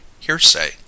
hearsay